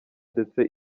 ndetse